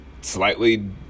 slightly